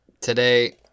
Today